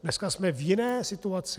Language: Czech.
Dneska jsme v jiné situaci.